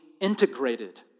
integrated